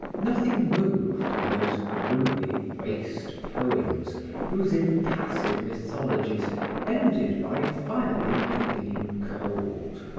nothing moved in those gloomy, waste poems whose impassive mythologies ended by finally leaving him cold.